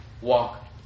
walk